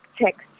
text